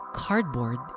Cardboard